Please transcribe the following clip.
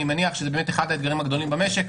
אני מניח שזה אחד האתגרים הגדולים במשק.